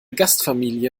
gastfamilie